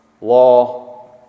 law